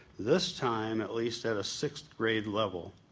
this time at least at a sixth grade level.